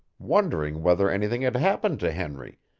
wondering whether anything had happened to henry,